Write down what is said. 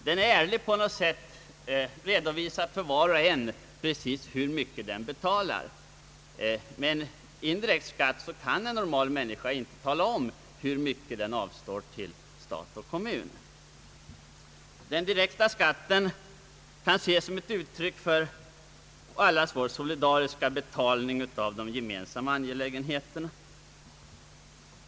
Den är ärlig på något sätt, den redovisar för var och en precis hur mycket han eller hon betalar. Men när det gäller indirekt skatt kan en vanlig människa inte tala om hur mycket han eller hon avstår till stat och kommun. Den direkta skatten kan ses som ett uttryck för allas vår solidariska betalning av kostnaderna för våra gemensamma angelägenheter.